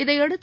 இதையடுத்து